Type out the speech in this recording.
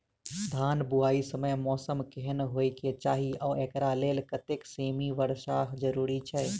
धान बुआई समय मौसम केहन होइ केँ चाहि आ एकरा लेल कतेक सँ मी वर्षा जरूरी छै?